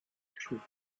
truth